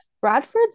bradford's